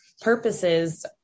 purposes